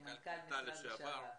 כמנכ"ל לשעבר,